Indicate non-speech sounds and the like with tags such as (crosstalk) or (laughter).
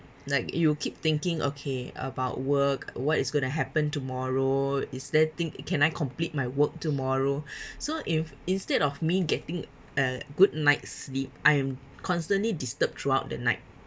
like you will keep thinking okay about work what is going to happen tomorrow is that thing can I complete my work tomorrow (breath) so if instead of me getting a good night's sleep I am constantly disturbed throughout the night